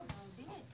4. מי נגד?